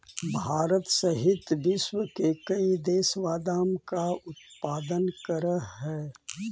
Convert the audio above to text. भारत सहित विश्व के कई देश बादाम का उत्पादन करअ हई